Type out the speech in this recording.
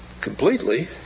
completely